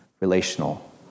relational